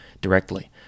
directly